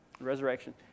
resurrection